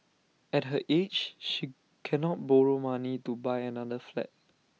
at her age she cannot borrow money to buy another flat